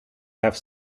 have